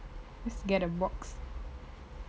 just get a box